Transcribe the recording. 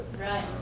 Right